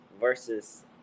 Versus